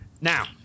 Now